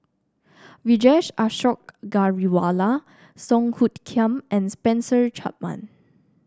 Vijesh Ashok Ghariwala Song Hoot Kiam and Spencer Chapman